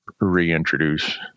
reintroduce